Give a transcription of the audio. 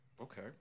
Okay